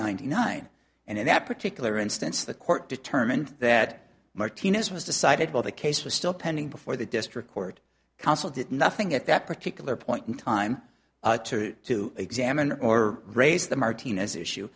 ninety nine and in that particular instance the court determined that martina's was decided well that case was still pending before the district court counsel did nothing at that particular point in time to examine or raise the martina's issue